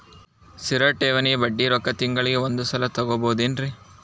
ಸ್ಥಿರ ಠೇವಣಿಯ ಬಡ್ಡಿ ರೊಕ್ಕ ತಿಂಗಳಿಗೆ ಒಂದು ಸಲ ತಗೊಬಹುದೆನ್ರಿ?